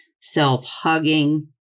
self-hugging